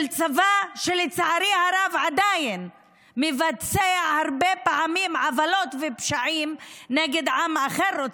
של צבא שלצערי הרב עדיין מבצע הרבה פעמים עוולות ופשעים נגד עם אחר,